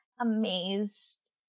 amazed